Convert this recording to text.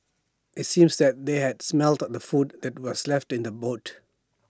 IT seemed that they had smelt the food that was left in the boot